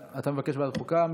חוקה.